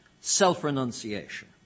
Self-renunciation